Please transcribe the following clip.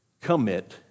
commit